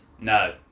no